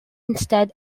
instead